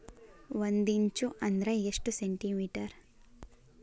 ಒಂದಿಂಚು ಅಂದ್ರ ಎಷ್ಟು ಸೆಂಟಿಮೇಟರ್?